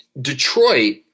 Detroit –